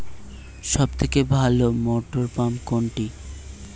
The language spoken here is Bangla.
সবথেকে ভালো মটরপাম্প কোনটি?